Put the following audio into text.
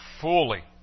fully